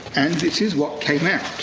this is what came out.